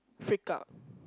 freak out